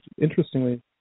interestingly